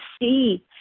see